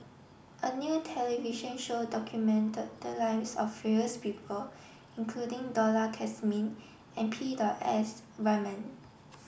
a new television show documented the lives of various people including Dollah Kassim and Peter S Waman